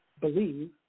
believe